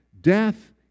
death